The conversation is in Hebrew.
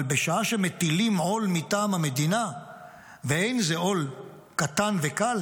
אבל בשעה שמטילים עול מטעם המדינה ואין זה עול קטן וקל,